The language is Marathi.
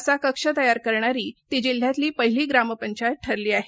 असा कक्ष तयार करणारी जिल्ह्यातली पहिली ग्रामपंचायत ठरली आहे